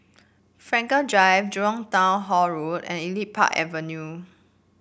Frankel Drive Jurong Town Hall Road and Elite Park Avenue